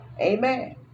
Amen